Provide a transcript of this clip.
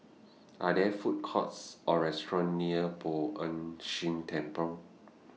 Are There Food Courts Or restaurants near Poh Ern Shih Temple